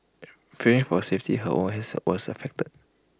fearing for safety her work has was affect